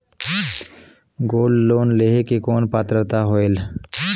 Gold loan लेहे के कौन पात्रता होएल?